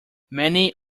many